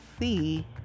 see